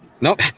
nope